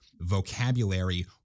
Vocabulary